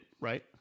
right